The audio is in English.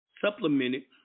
supplemented